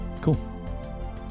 cool